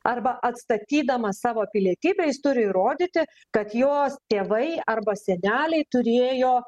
arba atstatydamas savo pilietybę jis turi įrodyti kad jos tėvai arba seneliai turėjo